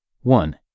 One